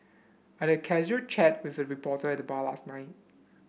I had a casual chat with a reporter at the bar last night